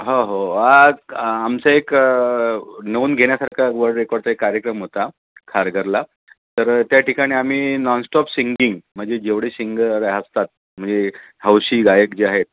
हो हो आज आमचं एक नोंद घेण्यासारखा वर्ल्ड रेकॉर्डचा एक कार्यक्रम होता खारघरला तर त्या ठिकाणी आम्ही नॉनस्टॉप सिंगिंग म्हणजे जेवढे सिंगर असतात म्हणजे हौशी गायक जे आहेत